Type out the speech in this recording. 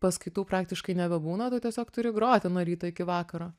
paskaitų praktiškai nebebūna tu tiesiog turi groti nuo ryto iki vakaro